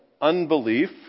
unbelief